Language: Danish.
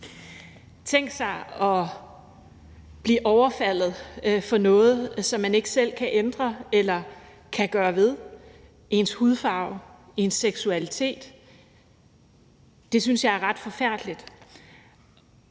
Tænk engang at blive overfaldet for noget, som man ikke selv kan ændre eller kan gøre ved – ens hudfarve, ens seksualitet. Det synes jeg er ret forfærdeligt.